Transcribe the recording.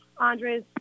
Andre's